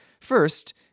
First